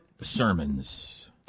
Sermons